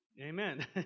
amen